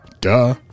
Duh